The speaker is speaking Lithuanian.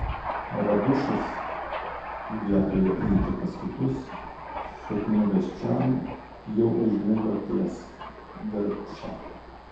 radušis vietoje eiti pas kitus sukniubęs čion jau užmigo ties virpša